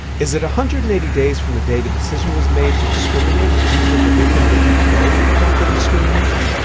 is it one hundred and eighty days from the day the decision was made to discriminate, even if the victim didn't know about the discrimination?